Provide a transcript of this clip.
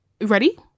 Ready